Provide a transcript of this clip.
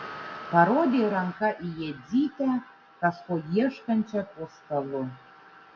parodė ranka į jadzytę kažko ieškančią po stalu